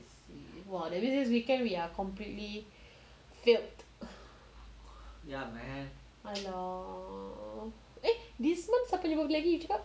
!wah! that means this weekend we are completely filled !alah! eh this month siapa punya birthday lagi you cakap